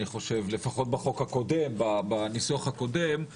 לפחות בניסוח הקודם של החוק.